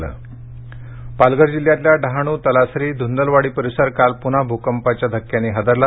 भकप पालघर पालघर जिल्ह्यातल्या डहाणू तलासरी धुंदलवाडी परिसर काल पुन्हा भूकंपाच्या धक्क्यांनी हादरला